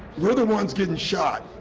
we're the ones getting shot.